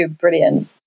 brilliant